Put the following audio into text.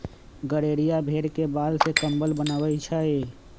गड़ेरिया भेड़ के बाल से कम्बल बनबई छई